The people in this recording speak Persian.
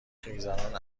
خیزران